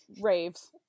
raves